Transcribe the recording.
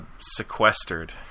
sequestered